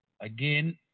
Again